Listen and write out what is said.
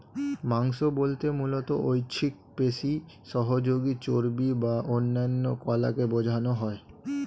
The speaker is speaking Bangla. মাংস বলতে মূলত ঐচ্ছিক পেশি, সহযোগী চর্বি এবং অন্যান্য কলাকে বোঝানো হয়